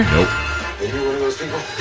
Nope